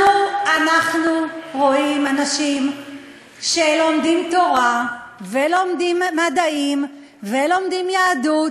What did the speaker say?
אנחנו רואים אנשים שלומדים תורה ולומדים מדעים ולומדים יהדות,